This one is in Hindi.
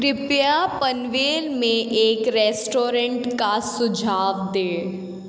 कृपया पनवेल में एक रेस्टोरेंट का सुझाव दें